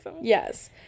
Yes